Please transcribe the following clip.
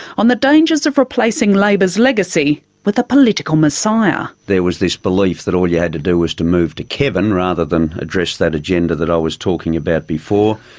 on the dangers of replacing labor's legacy with a political messiah. there was this belief that all you had to do was move to kevin rather than address that agenda that i was talking about before,